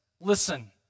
listen